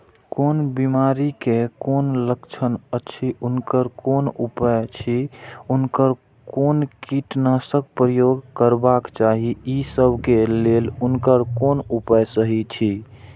कोन बिमारी के कोन लक्षण अछि उनकर कोन उपाय अछि उनकर कोन कीटनाशक प्रयोग करबाक चाही ई सब के लेल उनकर कोन उपाय सहि अछि?